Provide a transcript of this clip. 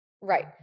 right